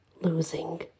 losing